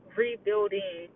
rebuilding